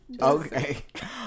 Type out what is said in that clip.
okay